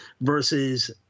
versus